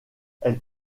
elle